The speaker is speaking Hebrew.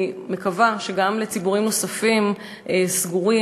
אני מקווה שגם לציבורים נוספים סגורים